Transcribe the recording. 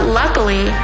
luckily